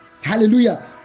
Hallelujah